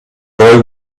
boy